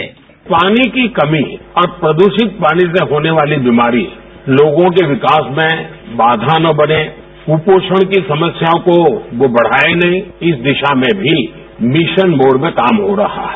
bite पानी की कमी और प्रदूषित पानी से होने वाली बीमारी लोगों के विकास में बाधा न बने कुपोषण की समस्याओं को वो बढ़ाए नहीं इस दिशा में भी मिशन मोड में काम हो रहा है